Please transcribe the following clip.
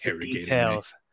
details